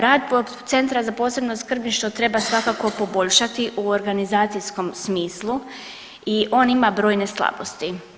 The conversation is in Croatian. Rad Centra za posebno skrbništvo treba svakako poboljšati u organizacijskom smislu i on ima brojne slabosti.